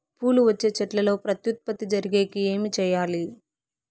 పూలు వచ్చే చెట్లల్లో ప్రత్యుత్పత్తి జరిగేకి ఏమి చేయాలి?